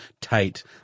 tight